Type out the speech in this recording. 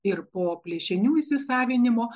ir po plėšinių įsisavinimo